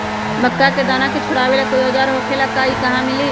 मक्का के दाना छोराबेला कोई औजार होखेला का और इ कहा मिली?